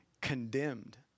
condemned